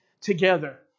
together